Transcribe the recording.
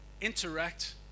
interact